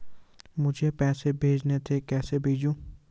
मुझे पैसे भेजने थे कैसे भेजूँ?